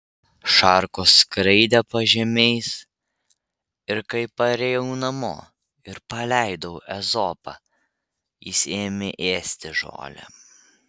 šarkos skraidė pažemiais ir kai parėjau namo ir paleidau ezopą jis ėmė ėsti žolę